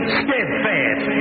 steadfast